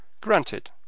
Granted